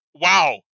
Wow